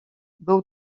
był